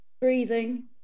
breathing